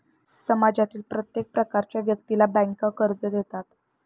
समाजातील प्रत्येक प्रकारच्या व्यक्तीला बँका कर्ज देतात